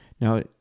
Now